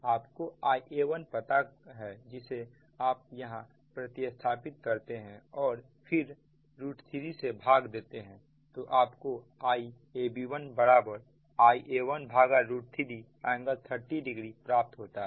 आपको Ia1पता है जिसे आप यहां प्रति स्थापित करते हैं और फिर 3से भाग देते हैं तो आपको Iab1 Ia13 ∟300 प्राप्त होता है